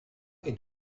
est